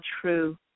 true